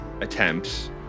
attempts